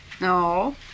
No